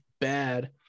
bad